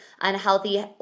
unhealthy